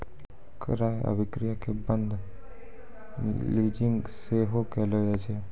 क्रय अभिक्रय के बंद लीजिंग सेहो कहलो जाय छै